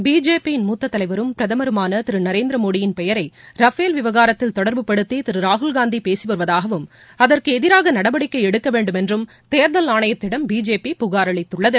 BJP யின் மூத்த தலைவரும் பிரதமருமான திரு நரேந்திர மோடியின் பெயரை ரஃபேல் விவகாரத்தில் தொடர்புப்படுத்தி திரு ராகுல்காந்தி பேசிவருவதாகவும் அதற்கு எதிராக நடவடிக்கை எடுக்க வேண்டும் என்றும் தேர்தல் ஆணையத்திடம் பிஜேபி புனர் அளித்துள்ளது